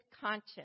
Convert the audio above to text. conscience